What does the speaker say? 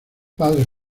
padres